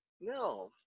No